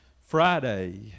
Friday